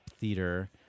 theater